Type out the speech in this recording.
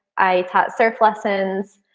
i taught surf lessons.